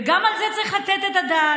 וגם על זה צריך לתת את הדעת.